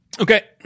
Okay